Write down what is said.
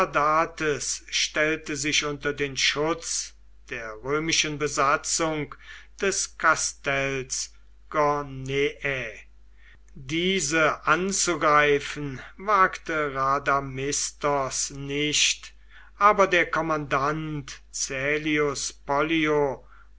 stellte sich unter den schutz der römischen besatzung des castells cor nee diese anzugreifen wagte rhadamistos nicht aber der kommandant caelius